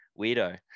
Weirdo